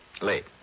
Late